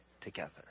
together